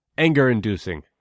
Anger-inducing